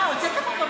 אה, הוצאתם אותו,